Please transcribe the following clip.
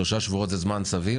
שלושה שבועות זה זמן סביר.